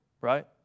right